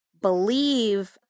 believe